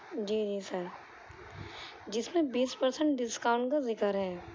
جی جی سر جس میں بیس پرسنٹ ڈسکاؤنٹ کا ذکر ہے